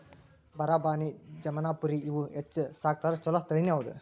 ಬರಬಾನಿ, ಜಮನಾಪುರಿ ಇವ ಹೆಚ್ಚ ಸಾಕತಾರ ಚುಲೊ ತಳಿನಿ ಹೌದ